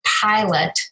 pilot